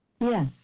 Yes